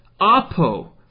apo